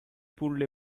pulled